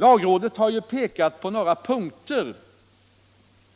Lagrådet har pekat på några punkter